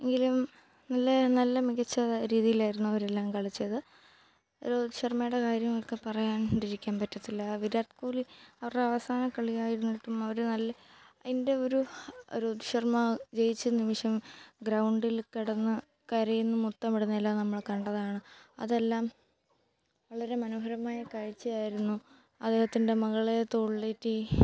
എങ്കിലും നല്ല നല്ല മികച്ച ര രീതിയിലായിരുന്നു അവരെല്ലാം കളിച്ചത് രോഹിത് ശർമയുടെ കാര്യമൊക്കെ പറയാണ്ടിരിക്കാൻ പറ്റത്തില്ല വിരാട് കോഹ്ലി അവരുടെ അവസാന കളിയായിരുന്നിട്ടും അവർ നല്ല അതിൻ്റെ ഒരു ഒരു രോഹിത് ശർമ ജയിച്ച നിമിഷം ഗ്രൗണ്ടിൽ കിടന്നു കരയുന്നു മുത്തമിടുന്ന എല്ലാം നമ്മൾ കണ്ടതാണ് അതെല്ലാം വളരെ മനോഹരമായ കാഴ്ചയായിരുന്നു അദ്ദേഹത്തിൻ്റെ മകളെ തോളിലേറ്റി